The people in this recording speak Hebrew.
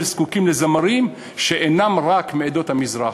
זקוקים לזמרים שאינם רק מעדות המזרח.